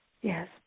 Yes